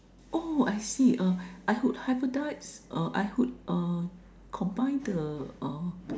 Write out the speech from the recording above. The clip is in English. oh I see uh I would hybridise uh I would uh combine the uh